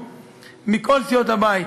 מכל סיעות הבית,